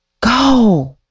Go